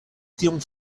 tiun